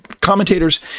commentators